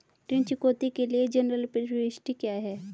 ऋण चुकौती के लिए जनरल प्रविष्टि क्या है?